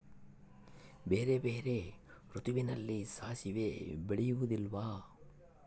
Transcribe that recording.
ಬೇರೆ ಬೇರೆ ಋತುವಿನಲ್ಲಿ ಸಾಸಿವೆ ಬೆಳೆಯುವುದಿಲ್ಲವಾ?